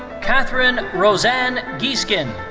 kathryn rosanne giesken.